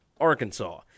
Arkansas